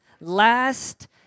last